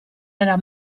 era